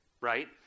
right